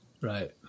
Right